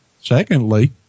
Secondly